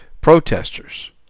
protesters